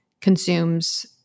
consumes